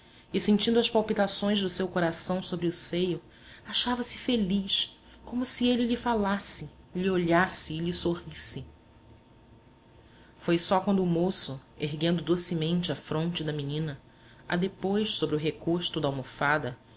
e sentindo as palpitações do seu coração sobre o seio achava-se feliz como se ele lhe falasse lhe olhasse e lhe sorrisse foi só quando o moço erguendo docemente a fronte da menina a depôs sobre o recosto da almofada